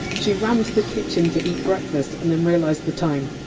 she ran to the kitchen to eat breakfast and then realized the time.